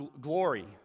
glory